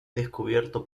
descubierto